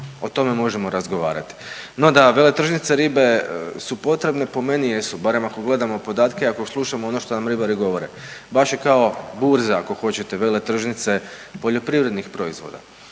o tome možemo razgovarati. No da veletržnice ribe su potrebne po meni jesu, barem ako gledamo podatke i ako slušamo ono što nam ribari govore … je kao burza ako hoćete veletržnice poljoprivrednih proizvoda.